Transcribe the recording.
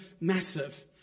massive